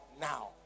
now